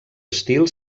estil